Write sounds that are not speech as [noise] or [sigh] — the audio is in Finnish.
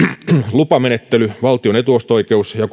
lupamenettelylaki valtion etuosto oikeuslaki ja [unintelligible]